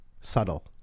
subtle